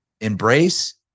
embrace